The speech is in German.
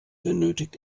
benötigt